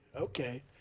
Okay